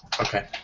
Okay